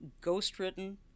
Ghost-written